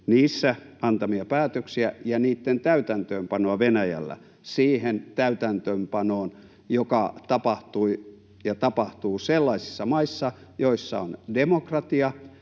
niissä antamia päätöksiä ja niitten täytäntöönpanoa Venäjällä siihen täytäntöönpanoon, joka tapahtui ja tapahtuu sellaisissa maissa, joissa on demokratia,